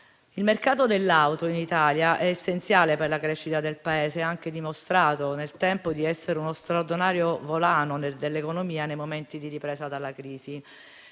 Il mercato dell'auto in Italia è essenziale per la crescita del Paese e ha anche dimostrato nel tempo di essere uno straordinario volano dell'economia nei momenti di ripresa dalla crisi.